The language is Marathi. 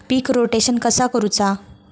पीक रोटेशन कसा करूचा?